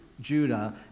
Judah